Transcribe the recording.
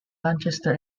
manchester